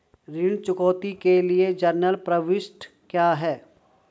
ऋण चुकौती के लिए जनरल प्रविष्टि क्या है?